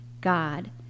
God